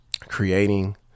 creating